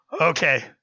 okay